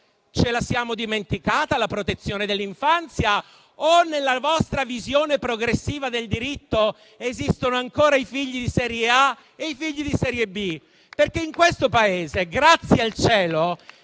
Ci siamo dimenticati la protezione dell'infanzia o nella vostra visione progressiva del diritto esistono ancora i figli di serie A e i figli di serie B? In questo Paese - grazie al cielo